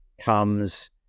comes